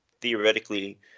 theoretically